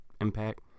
impact